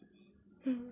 mm